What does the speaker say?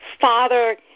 Father